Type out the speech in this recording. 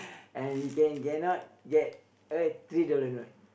and you can cannot get a three dollar note